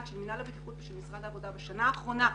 של מינהל הבטיחות ושל משרד העבודה והרווחה בשנה האחרונה,